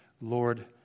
Lord